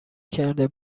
کرده